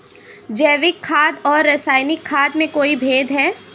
जैविक खाद और रासायनिक खाद में कोई भेद है?